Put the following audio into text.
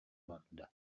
барда